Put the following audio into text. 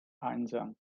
einsam